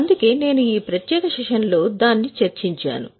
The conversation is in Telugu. అందుకే నేను ఈ ప్రత్యేక సెషన్లో దాన్ని కవర్ చేసాను